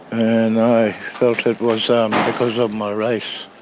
and i felt it was um because of my race.